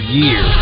year